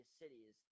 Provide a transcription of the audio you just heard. cities